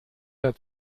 der